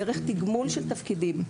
דרך תגמול של תפקידים.